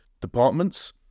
departments